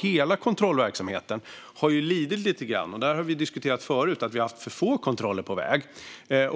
Hela kontrollverksamheten har ju lidit lite grann - det har vi diskuterat förut. Vi har haft för få kontroller på väg.